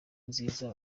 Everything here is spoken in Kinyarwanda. nziza